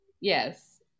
Yes